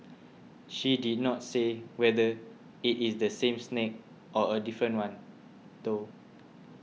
she did not say whether it is the same snake or a different one though